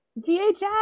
VHS